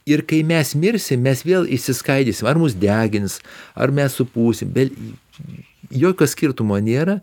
ir kai mes mirsim mes vėl išsiskaidysim ar mus degins ar mes supūsim be jokio skirtumo nėra